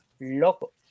loco